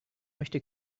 möchte